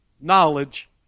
Knowledge